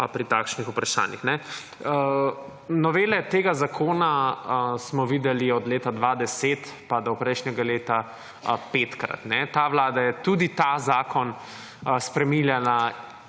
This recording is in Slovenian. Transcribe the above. pri takšnih vprašanjih. Novele tega zakona smo videli od leta 2010 pa do prejšnjega leta petkrat. Ta Vlada je tudi ta zakon spreminjala